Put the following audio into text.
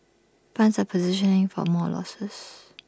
funds are positioning for more losses